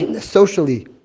socially